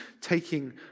taking